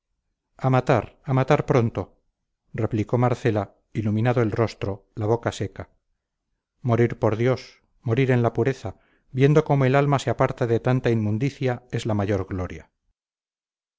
a matar a matar pronto repitió marcela iluminado el rostro la boca seca morir por dios morir en la pureza viendo cómo el alma se aparta de tanta inmundicia es la mayor gloria